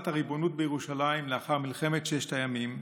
הריבונות בירושלים לאחר מלחמת ששת הימים,